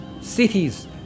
cities